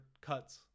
cuts